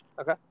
Okay